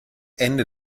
ende